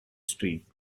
street